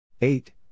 eight